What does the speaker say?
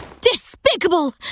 Despicable